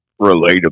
relatable